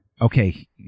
okay